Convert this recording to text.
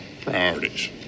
priorities